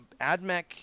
Admech